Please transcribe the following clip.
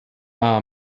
are